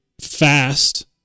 fast